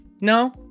No